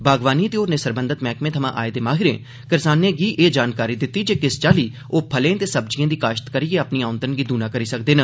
बागवानी ते होरनें सरबंघत मैह्कमें थमां आए दे माहिरें करसानें गी एह् जानकारी दित्ती जे किस चाल्ली ओह् फलें ते सब्जिएं दी काश्त करियै अपनी औंदन गी दूना करी सकदे न